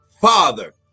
father